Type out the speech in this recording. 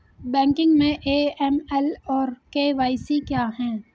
Banking में AML और KYC क्या हैं?